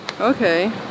Okay